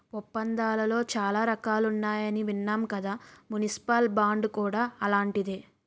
ఒప్పందాలలో చాలా రకాలున్నాయని విన్నాం కదా మున్సిపల్ బాండ్ కూడా అలాంటిదే